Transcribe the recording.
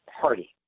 Party